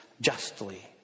justly